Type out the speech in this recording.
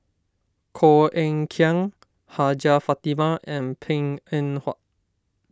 Koh Eng Kian Hajjah Fatimah and Png Eng Huat